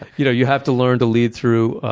you know you have to learn to lead through